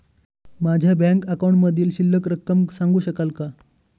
माझ्या बँक अकाउंटमधील शिल्लक रक्कम सांगू शकाल का?